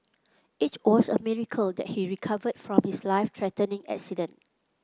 it was a miracle that he recovered from his life threatening accident